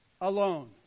Alone